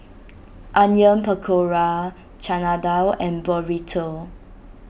Onion Pakora Chana Dal and Burrito